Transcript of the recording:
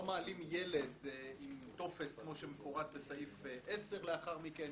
לא מעלים ילד עם טופס כמו שמפורט בסעיף 10 לאחר מכן,